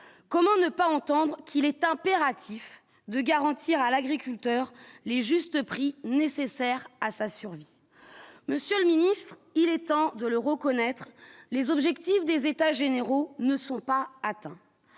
comment ne pas entendre qu'il est impératif de garantir à l'agriculteur les juste prix nécessaires à sa survie, monsieur le ministre, il est temps de l'Euro, connaître les objectifs des états généraux ne sont pas atteints